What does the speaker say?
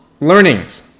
learnings